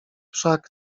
wszak